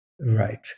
Right